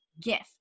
gift